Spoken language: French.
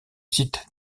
site